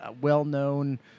well-known